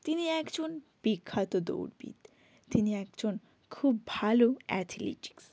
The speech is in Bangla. তিনি একজন বিখ্যাত দৌড়বিদ তিনি একজন খুব ভালো অ্যাথলিটিক্স